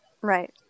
Right